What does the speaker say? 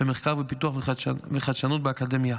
במחקר ופיתוח וחדשנות באקדמיה.